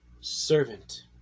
servant